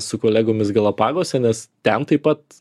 su kolegomis galapaguose nes ten taip pat